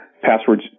passwords